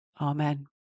Amen